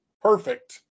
Perfect